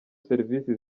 serivisi